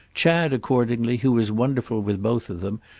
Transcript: chad accordingly, who was wonderful with both of them,